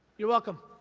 you're welcome.